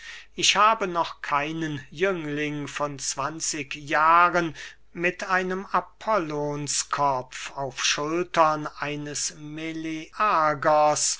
ich habe noch keinen jüngling von zwanzig jahren mit einem apollonskopf auf schultern eines